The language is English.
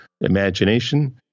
imagination